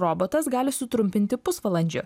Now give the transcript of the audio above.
robotas gali sutrumpinti pusvalandžiu